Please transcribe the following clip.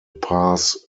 pass